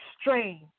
strange